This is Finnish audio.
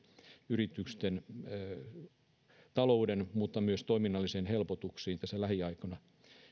yritysten talouden mutta myös toiminnallisiin helpotuksiin tässä lähiaikoina